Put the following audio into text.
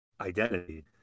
identity